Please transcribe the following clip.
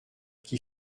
qui